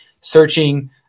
searching